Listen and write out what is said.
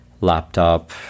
laptop